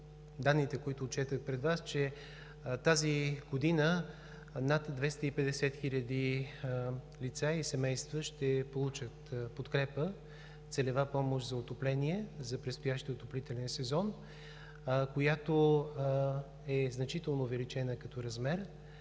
данните, които отчетох пред Вас са, че тази година над 250 000 лица и семейства ще получат подкрепа, целева помощ за отопление за предстоящия отоплителен сезон, която е значително увеличена като размер.